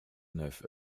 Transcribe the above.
neuf